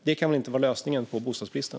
Det kan väl inte vara lösningen på bostadsbristen.